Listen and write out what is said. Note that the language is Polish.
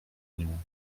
nią